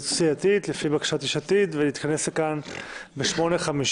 התייעצות סיעתית לפי בקשת יש עתיד ונתכנס בחזרה ב-08:57.